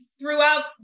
throughout